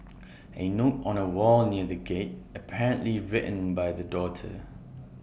A note on A wall near the gate apparently written by the daughter